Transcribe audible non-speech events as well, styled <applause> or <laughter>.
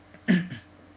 <coughs>